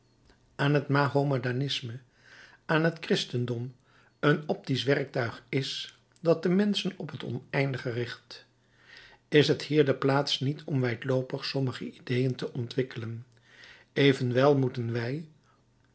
aan het mahomedanisme aan het christendom een optisch werktuig is dat de mensch op het oneindige richt t is hier de plaats niet om wijdloopig sommige ideeën te ontwikkelen evenwel moeten